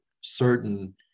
certain